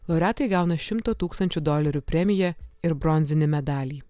laureatai gauna šimto tūkstančių dolerių premiją ir bronzinį medalį